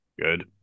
Good